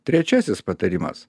trečiasis patarimas